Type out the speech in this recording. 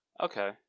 Okay